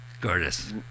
Gorgeous